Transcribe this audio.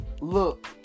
look